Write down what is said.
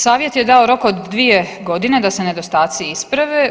Savjet je dao rok od 2 godine da se nedostaci isprave.